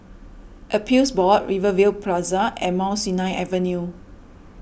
Appeals Board Rivervale Plaza and Mount Sinai Avenue